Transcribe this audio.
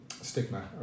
stigma